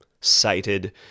cited